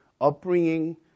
upbringing